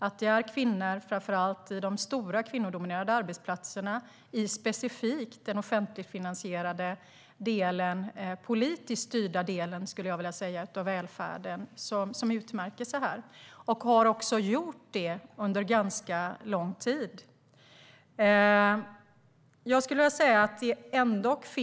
Det är framför allt kvinnor på de stora, kvinnodominerade arbetsplatserna i specifikt den offentligfinansierade, politiskt styrda delen av välfärden som utmärker sig här och också har gjort det under ganska lång tid.